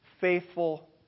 faithful